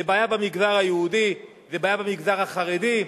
זה בעיה במגזר הערבי, זה בעיה במגזר החרדי.